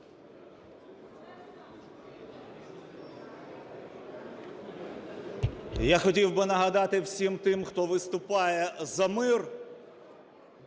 Я хотів би нагадати всім тим, хто виступає за мир,